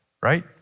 right